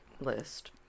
list